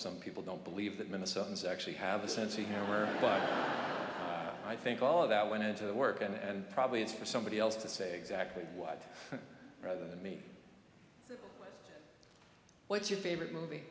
some people don't believe that minnesotans actually have a sense of humor but i think all of that went into the work and probably is for somebody else to say exactly what i'd rather me what's your favorite movie